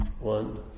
One